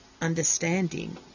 understanding